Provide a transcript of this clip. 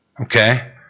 Okay